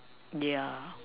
yeah